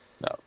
no